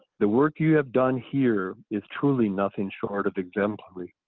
the work you have done here is truly nothing short of exemplary.